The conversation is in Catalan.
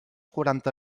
quaranta